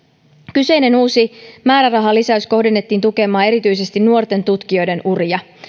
kyseinen uusi määrärahalisäys kohdennettiin tukemaan erityisesti nuorten tutkijoiden uria